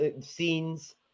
scenes